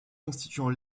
constituant